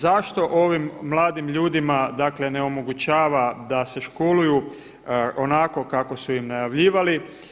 Zašto ovim mladim ljudima dakle ne omogućava da se školuju onako kako su im najavljivali?